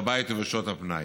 בבית ובשעות הפנאי.